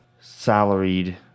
salaried